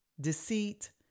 deceit